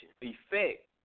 effect